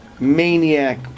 maniac